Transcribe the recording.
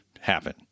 happen